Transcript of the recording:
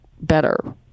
better